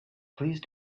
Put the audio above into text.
please